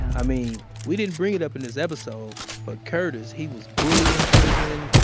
i mean, we didn't bring it up in this episode, but curtis, he was bullied in prison,